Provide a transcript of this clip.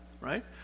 right